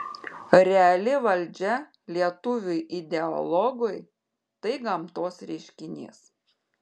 reali valdžia lietuviui ideologui tai gamtos reiškinys